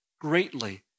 greatly